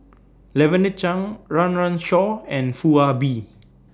Lavender Chang Run Run Shaw and Foo Ah Bee